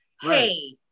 hey